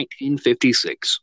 1956